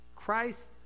Christ